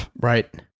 Right